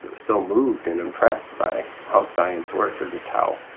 so moved and impressed by how science works, or just how,